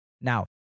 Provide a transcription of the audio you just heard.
Now